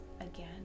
again